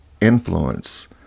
influence